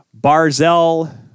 Barzell